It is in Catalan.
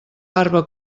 barba